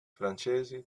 francesi